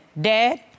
dad